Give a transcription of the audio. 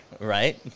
Right